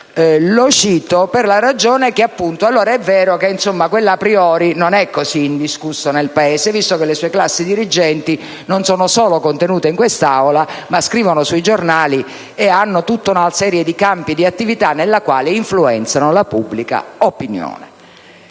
Lo cito per la ragione che, appunto, allora è vero che quell'*a priori* non è così indiscusso nel Paese, visto che le sue classi dirigenti non sono solo contenute in quest'Aula, ma scrivono sui giornali e operano in tutta una serie di campi di attività nei quali influenzano la pubblica opinione.